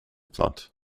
plant